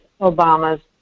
Obama's